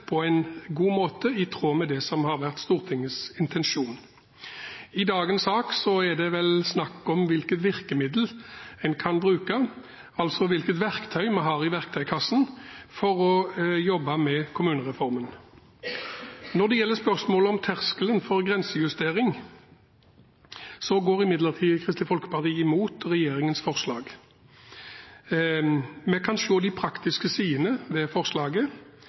på en god måte, i tråd med det som har vært Stortingets intensjon. I dagens sak er det snakk om hvilke virkemidler en kan bruke, altså hvilke verktøy en har i verktøykassen for å jobbe med kommunereformen. Når det gjelder spørsmålet om terskelen for grensejustering, går imidlertid Kristelig Folkeparti imot regjeringens forslag. Vi kan se de praktiske sidene ved forslaget,